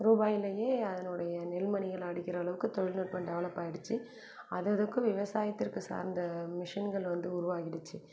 ரூபாயிலேயே அதனோடைய நெல் மணிகள் அடிக்கிற அளவுக்கு தொழில்நுட்பம் டெவலப் ஆகிடுச்சி அததுக்கு விவசாயத்திற்கு சார்ந்த மிஷின்கள் வந்து உருவாகிடுச்சு